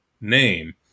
name